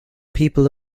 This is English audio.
people